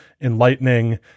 enlightening